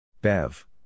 Bev